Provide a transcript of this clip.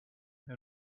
and